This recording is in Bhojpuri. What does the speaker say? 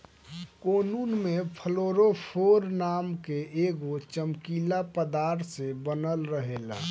कोकून में फ्लोरोफोर नाम के एगो चमकीला पदार्थ से बनल रहेला